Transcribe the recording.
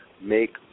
Make